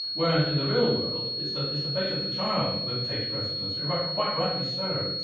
whereas in the real world, it's the it's the fate of the child that takes precedence. and quite rightly so.